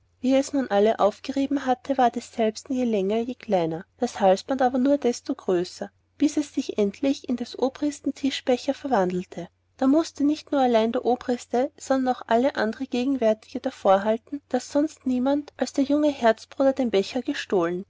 wie es nun alle aufgerieben hatte ward es selbsten je länger je kleiner das halsband aber nur desto größer bis es sich endlich in des obristen tischbecher verwandelte da mußte nun nicht allein der obriste sondern auch alle andere gegenwärtige davorhalten daß sonst niemand als der junge herzbruder den becher gestohlen